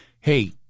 hey